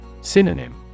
Synonym